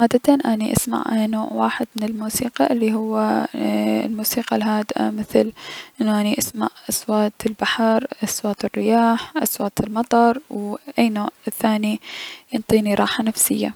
عادتا اني اسمع نوع واحد من الموسيقى الي هو الموسيقى الهادئة مثل انو اني اسمع اصوات البحر، اصوات الرياح، اصوات المطر، وو اي نوع ثاني ينطيني راحة نفسية.